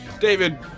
David